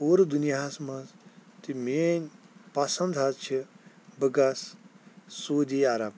پوٗرٕ دُنیاہَس منٛز تہٕ میٛٲنۍ پَسنٛد حظ چھِ بہٕ گژھٕ سوٗدی عرب